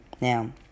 now